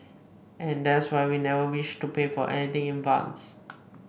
and that's why we never wished to pay for anything in advance